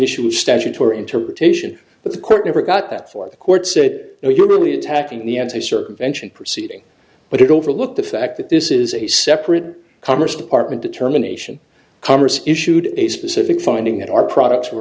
issue of statutory interpretation but the court never got that for the court so it could really attacking the n c circumvention proceeding but it overlooked the fact that this is a separate commerce department determination congress issued a specific finding that our products were